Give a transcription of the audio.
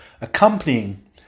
accompanying